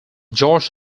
george